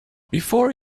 before